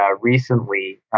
recently